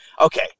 okay